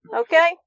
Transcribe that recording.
Okay